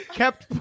kept